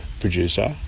producer